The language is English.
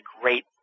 great